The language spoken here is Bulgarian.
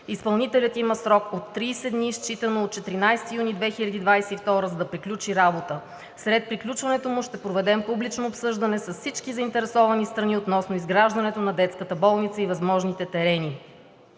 Изпълнителят има срок от 30 дни, считано от 14 юни 2022 г., за да приключи работа. След приключването му ще проведем публично обсъждане с всички заинтересовани страни относно изграждането на детската болница и възможните терени.